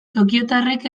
tokiotarrek